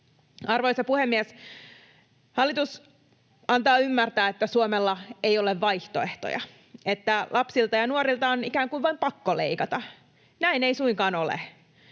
Arvoisa puhemies! Hallitus antaa ymmärtää, että Suomella ei ole vaihtoehtoja — että lapsilta ja nuorilta on ikään kuin vain pakko leikata. Näin ei suinkaan ole.